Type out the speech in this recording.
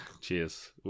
cheers